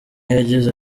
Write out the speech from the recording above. yagize